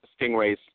Stingrays